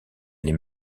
les